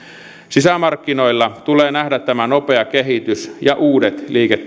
sisämarkkinoilla tulee nähdä tämä nopea kehitys ja uudet